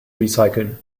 recyceln